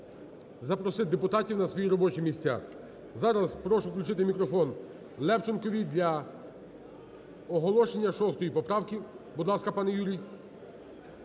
запросити депутатів на свої робочі місця. Зараз прошу включити мікрофон Левченкові для оголошення шостої поправки. Будь ласка, пане Юрій.